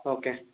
okay